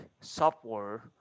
software